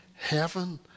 heaven